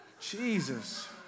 Jesus